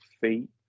feet